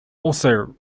also